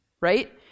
right